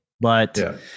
But-